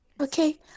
Okay